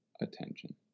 attention